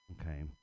Okay